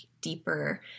deeper